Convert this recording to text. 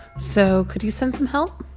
so could you send some help?